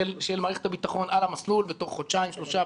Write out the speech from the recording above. מערכת הביטחון על המסלול בתוך חודשיים-שלושה,